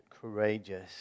courageous